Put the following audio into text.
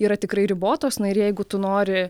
yra tikrai ribotos na ir jeigu tu nori